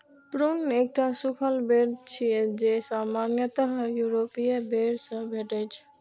prune एकटा सूखल बेर छियै, जे सामान्यतः यूरोपीय बेर सं भेटै छै